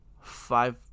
five